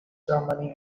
ceremony